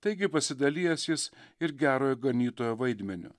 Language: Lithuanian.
taigi pasidalijęs jis ir gerojo ganytojo vaidmeniu